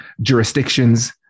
jurisdictions